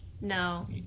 No